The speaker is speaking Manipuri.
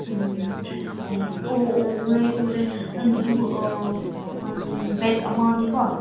ꯎꯝ ꯊ꯭ꯔꯦꯁꯤ ꯑꯣ ꯑꯣ ꯎꯔꯦ ꯎꯔꯦ ꯅꯪꯒꯤꯗꯨ ꯕꯦꯒ ꯑꯃꯅꯤꯀꯣ